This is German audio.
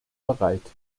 bereit